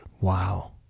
Wow